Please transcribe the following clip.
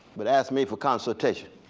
but ask me for consultation.